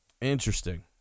Interesting